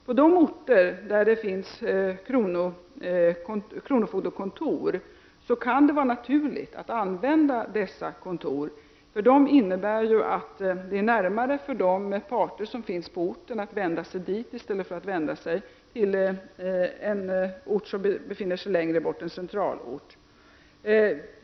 På de orter där det finns kronofogdekontor kan det vara naturligt att använda dessa kontor, eftersom det är närmare dit än till en centralort för de parter som finns på orten.